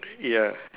ya